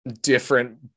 different